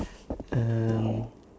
um